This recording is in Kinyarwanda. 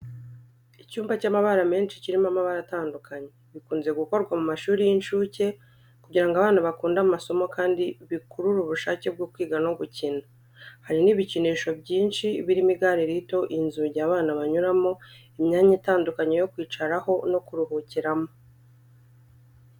Icyumba cy’amabara menshi kirimo amabara atandukanye, bikunze gukorwa mu mashuri y’inshuke kugira ngo abana bakunde amasomo kandi bikurure ubushake bwo kwiga no gukina. Hari n’ibikinisho byinshi birimo igare rito inzugi abana banyuramo Imyanya itandukanye yo kwicaraho no kuruhukiramo.